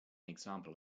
example